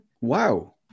Wow